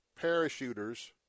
parachuters